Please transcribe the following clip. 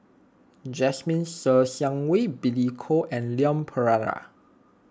Jasmine Ser Xiang Wei Billy Koh and Leon Perera